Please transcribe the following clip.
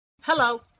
Hello